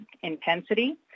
intensity